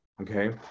okay